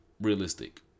realistic